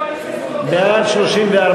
34,